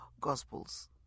Gospels